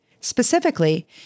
Specifically